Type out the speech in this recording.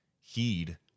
heed